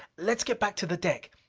let's get back to the deck.